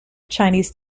chinese